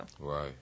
Right